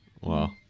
Wow